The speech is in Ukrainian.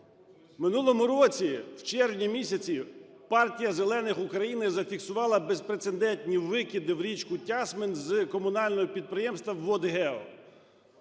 минулому році в червні місяці Партія Зелених України зафіксувала безпрецедентні викиди в річку Тясмин з комунального підприємства "ВодГео".